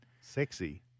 Sexy